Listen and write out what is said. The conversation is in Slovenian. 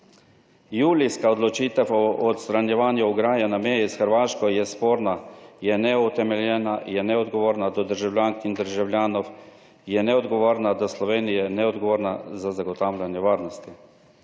Julijska odločitev o odstranjevanju ograje na meji s Hrvaško je sporna, je neutemeljena, je neodgovorna do državljank in državljanov, je neodgovorna do Slovenije, neodgovorna za zagotavljanje varnosti.